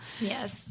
Yes